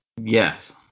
Yes